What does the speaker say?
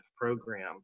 program